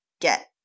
get